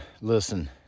listen